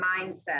mindset